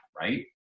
Right